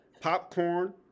Popcorn